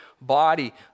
body